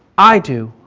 i do.